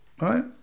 right